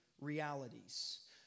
realities